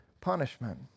punishment